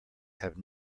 have